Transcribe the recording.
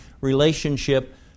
relationship